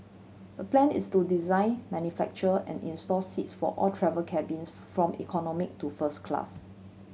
the plan is to design manufacture and install seats for all travel cabins from economy to first class